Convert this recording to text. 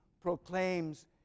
proclaims